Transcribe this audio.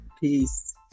Peace